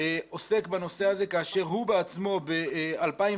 עוסק בנושא הזה כאשר הוא בעצמו ב-2014